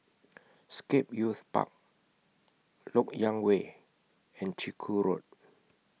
Scape Youth Park Lok Yang Way and Chiku Road